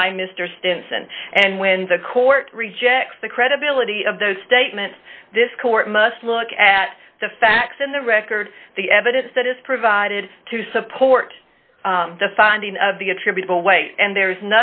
by mr stinson and when the court rejects the credibility of those statements this court must look at the facts in the record the evidence that is provided to support the finding of the attributable weight and there